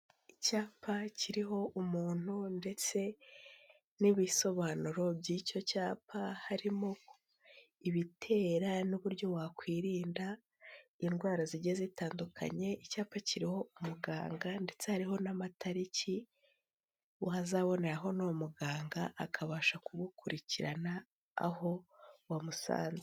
Icyapa kiriho umuntu ndetse n'ibisobanuro by'icyo cyapa, harimo ibitera n'uburyo wakwirinda indwara zigiye zitandukanye, icyapa kiriho umuganga ndetse hariho n'amatariki wazaboneraho n'uwo muganga, akabasha kugukurikirana aho wamusanze.